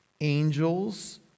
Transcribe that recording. angels